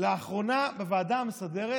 לאחרונה בוועדה המסדרת